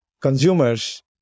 consumers